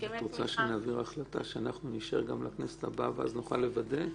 את רוצה שנעביר החלטה שניכנס גם לכנסת הבאה ואז נוכל לדבר?